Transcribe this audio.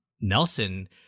Nelson